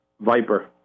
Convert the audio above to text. viper